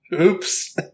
oops